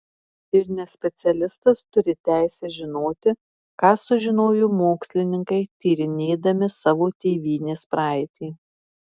ir nespecialistas turi teisę žinoti ką sužinojo mokslininkai tyrinėdami savo tėvynės praeitį